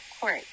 court